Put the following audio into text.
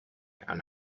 and